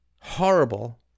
horrible